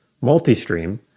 multi-stream